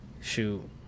Shoot